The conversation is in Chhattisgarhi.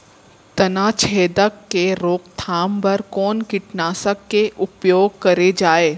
तनाछेदक के रोकथाम बर कोन कीटनाशक के उपयोग करे जाये?